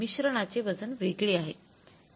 मिश्रणाचे वजन वेगळे आहे